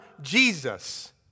Jesus